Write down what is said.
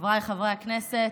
חבריי חברי הכנסת,